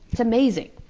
it's amazing,